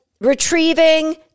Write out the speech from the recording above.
retrieving